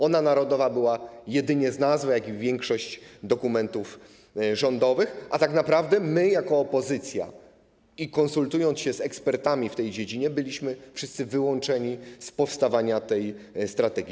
Ona narodowa była jedynie z nazwy, podobnie jak większość dokumentów rządowych, a tak naprawdę my jako opozycja, konsultując się z ekspertami w tej dziedzinie, byliśmy wszyscy wyłączeni z powstawania tej strategii.